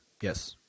Yes